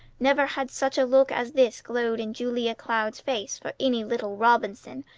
never had such a look as this glowed in julia cloud's face for any little robinson,